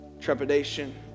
trepidation